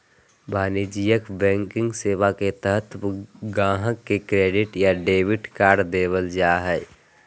वाणिज्यिक बैंकिंग सेवा के तहत गाहक़ के क्रेडिट या डेबिट कार्ड देबल जा हय